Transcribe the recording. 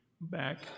back